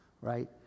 right